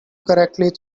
correctly